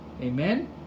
Amen